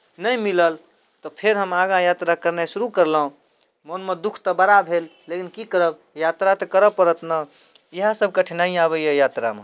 नहि मिलल तऽ फेर हम आगाँ यात्रा कयनाइ शुरू कयलहुँ मोनमे दुःख तऽ बड़ा भेल लेकिन की करब यात्रा तऽ करय पड़त ने इएहसभ कठिनाइ अबैए यात्रामे